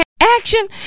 Action